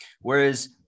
whereas